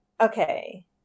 Okay